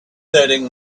setting